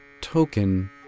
token